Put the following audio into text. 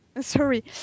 Sorry